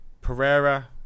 Pereira